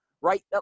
right